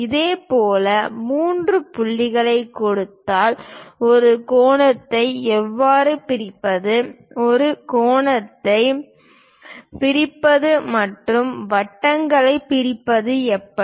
இதேபோல் மூன்று புள்ளிகளைக் கொடுத்தால் ஒரு கோணத்தை எவ்வாறு பிரிப்பது ஒரு கோணத்தை பிரிப்பது மற்றும் வட்டங்களை பிரிப்பது எப்படி